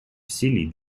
усилий